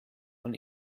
von